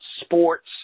sports